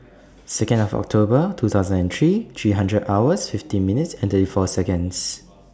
Second of October two thousand and three three hundred hours fifty minutes and thirty four Seconds